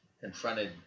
confronted